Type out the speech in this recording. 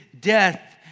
death